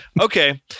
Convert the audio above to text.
okay